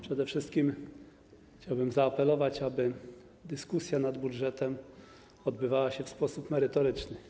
Przede wszystkim chciałbym zaapelować, aby dyskusja nad budżetem odbywała się w sposób merytoryczny.